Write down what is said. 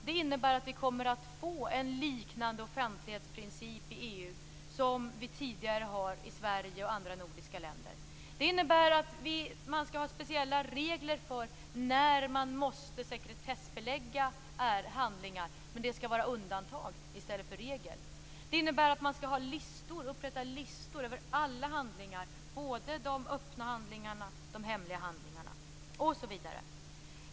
Det innebär att vi kommer att få en liknande offentlighetsprincip i EU som vi sedan tidigare har i Sverige och andra nordiska länder. Det innebär att man skall ha speciella regler för när man måste sekretessbelägga handlingar, men detta skall vara undantag i stället för regel. Det innebär att man skall upprätta listor över alla handlingar, både öppna och hemliga, osv.